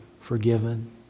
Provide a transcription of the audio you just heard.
forgiven